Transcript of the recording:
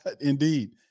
indeed